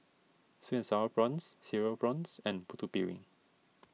Sweet and Sour Prawns Cereal Prawns and Putu Piring